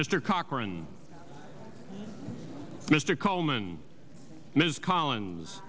mr cochran mr coleman ms collins